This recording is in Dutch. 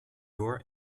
door